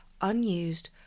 unused